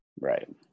Right